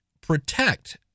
Protect